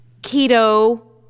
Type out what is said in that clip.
keto